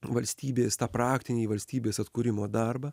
valstybės tą praktinį valstybės atkūrimo darbą